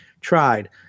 tried